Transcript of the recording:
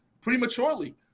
prematurely